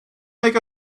make